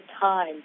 time